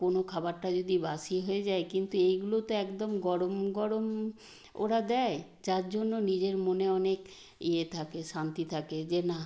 কোনো খাবারটা যদি বাসি হয়ে যায় কিন্তু এগুলো তো একদম গরম গরম ওরা দেয় যার জন্য নিজের মনে অনেক ইয়ে থাকে শান্তি থাকে যে না